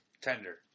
tender